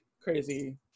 crazy